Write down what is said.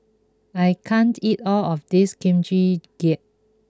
I can't eat all of this Kimchi Jjigae